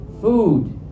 Food